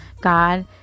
God